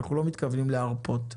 אנחנו לא מתכוונים להרפות.